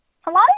Hello